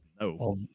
No